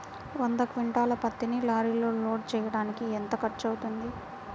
వంద క్వింటాళ్ల పత్తిని లారీలో లోడ్ చేయడానికి ఎంత ఖర్చవుతుంది?